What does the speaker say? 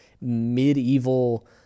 medieval